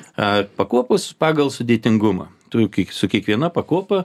a pakopos pagal sudėtingumą tu su kiekviena pakopa